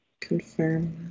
Confirm